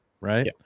right